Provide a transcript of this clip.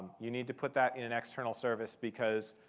you need to put that in an external service because,